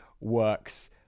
works